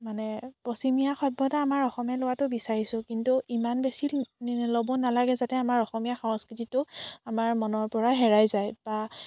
মানে পশ্চিমীয়া সভ্যতা আমাৰ অসমে লোৱাটো বিচাৰিছোঁ কিন্তু ইমান বেছি ল'ব নালাগে যে যাতে আমাৰ অসমীয়া সংস্কৃতিটো আমাৰ মনৰ পৰা হেৰাই যায়